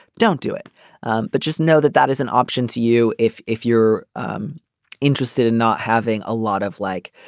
don't do it but just know that that is an option to you if if you're um interested in not having a lot of like.